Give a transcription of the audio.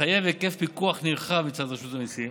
מחייב היקף פיקוח נרחב מצד רשות המיסים